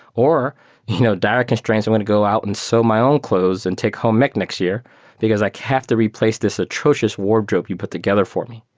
or you know dire constraints, i'm going to go out and sew my own clothes and take um next year because i have to replace this atrocious wardrobe you put together for me.